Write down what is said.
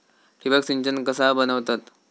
ठिबक सिंचन कसा बनवतत?